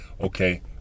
Okay